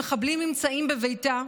כשמחבלים נמצאים בביתה,